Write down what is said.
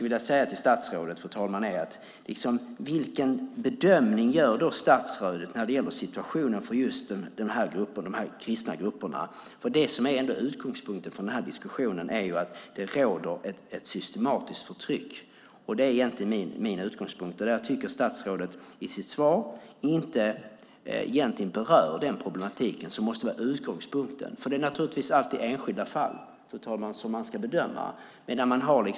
Vilken bedömning gör statsrådet när det gäller situationen för dessa kristna grupper? Utgångspunkten för den här diskussionen är att det råder ett systematiskt förtryck. Det är min utgångspunkt. Statsrådet berörde inte det problemet i sitt svar. Det måste vara utgångspunkten. Det är naturligtvis alltid enskilda fall, fru talman, som ska bedömas.